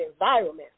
environment